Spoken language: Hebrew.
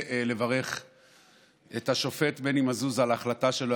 אני רוצה לברך את השופט מני מזוז על ההחלטה שלו,